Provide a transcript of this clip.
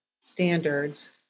standards